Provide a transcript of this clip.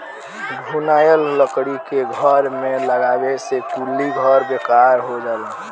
घुनाएल लकड़ी के घर में लगावे से कुली घर बेकार हो जाला